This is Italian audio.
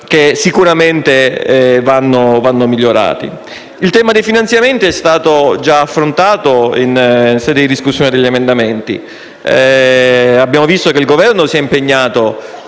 che sicuramente vanno migliorati. Il tema dei finanziamenti è stato già affrontato in sede di esame degli emendamenti. Abbiamo visto che il Governo si è impegnato